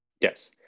Yes